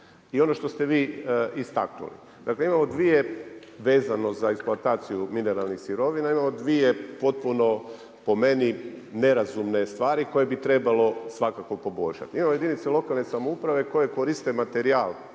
i ono što ste vi istaknuli. Dakle, imamo 2 vezano za eksploataciju mineralnih sirovina imamo 2 potpuno, po meni, nerazumne stvari, koji bi trebalo svakako poboljšati. Imamo jedinica lokalne samouprave koje koriste materijal